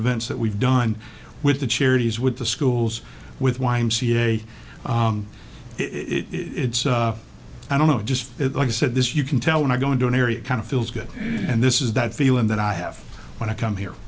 events that we've done with the charities with the schools with wind ca it's i don't know just like i said this you can tell when i go into an area kind of feels good and this is that feeling that i have when i come here